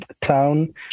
town